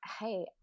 hey